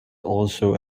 also